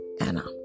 Anna